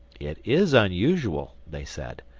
it is unusual, they said.